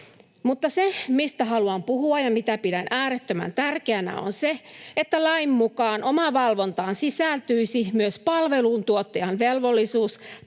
Mutta se, mistä haluan puhua ja mitä pidän äärettömän tärkeänä, on se, että lain mukaan omavalvontaan sisältyisi myös palveluntuottajan velvollisuus